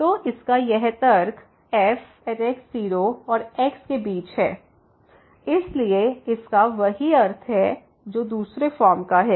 तो इसका यह तर्क f x0 और x के बीच है इसलिए इसका वही अर्थ है जो दूसरे फॉर्म का है